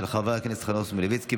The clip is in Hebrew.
של חבר הכנסת חנוך דב מלביצקי,